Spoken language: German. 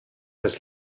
das